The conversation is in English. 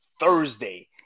Thursday